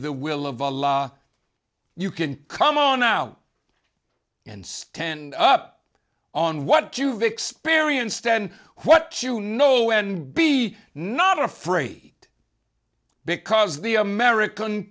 the will of allah you can come on out and stand up on what you've experienced and what you know when be not afraid because the american